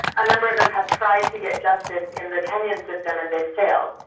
a number of them have tried to get justice in the kenyan system and they've failed.